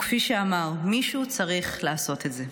וכפי שאמר: מישהו צריך לעשות את זה.